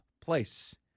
place